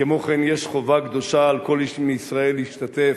כמו כן, יש חובה קדושה על כל איש מישראל להשתתף